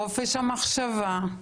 חופש המחשבה,